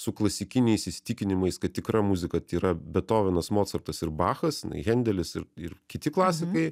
su klasikiniais įsitikinimais kad tikra muzika yra betovenas mocartas ir bachas hendelis ir ir kiti klasikai